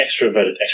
extroverted